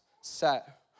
set